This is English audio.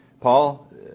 Paul